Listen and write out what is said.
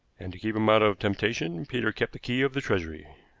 and to keep him out of temptation peter kept the key of the treasury.